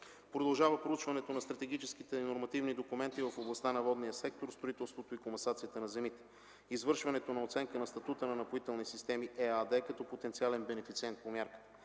продължава проучването на стратегическите нормативни документи в областта на водния сектор, строителството и комасацията на земи; извършването на оценка на статута на „Напоителни системи” ЕАД като потенциален бенефициент по мярката;